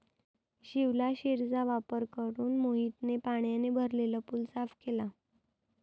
शिवलाशिरचा वापर करून मोहितने पाण्याने भरलेला पूल साफ केला